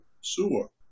sewer